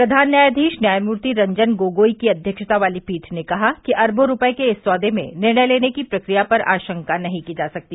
प्रधान न्यायधीश न्यायमूर्ति रंजन गोगाई की अध्यक्षता वाली पीठ ने कहा कि अरबों रूपये के इस सौदे में निर्णय लेने की प्रक्रिया पर आशंका नहीं की जा सकती